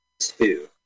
two